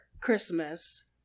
christmas